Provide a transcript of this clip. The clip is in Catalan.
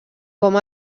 com